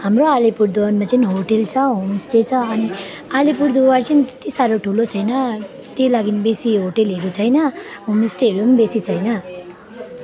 हाम्रो आलिपुरद्वारमा चाहिँ होटेल छ होम स्टे छ अनि आलिपुरद्वार चाहिँ त्यति साह्रो ठुलो छैन त्यही लागि बेसी होटेलहरू छैन होमस्टेहरू पनि बेसी छैन